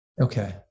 Okay